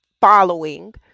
following